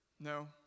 No